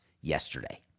yesterday